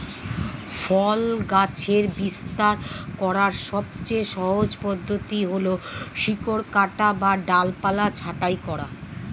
ফল গাছের বিস্তার করার সবচেয়ে সহজ পদ্ধতি হল শিকড় কাটা বা ডালপালা ছাঁটাই করা